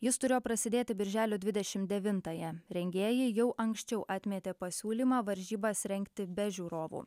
jis turėjo prasidėti birželio dvidešimt devintąją rengėjai jau anksčiau atmetė pasiūlymą varžybas rengti be žiūrovų